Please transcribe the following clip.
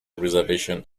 reservation